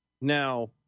Now